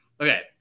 Okay